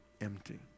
empty